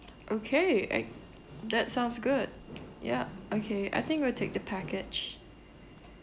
okay I that sounds good ya okay I think we'll take the package